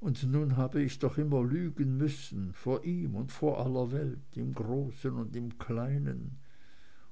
und nun habe ich doch immer lügen müssen vor ihm und vor aller welt im großen und im kleinen